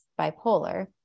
bipolar